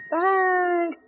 Bye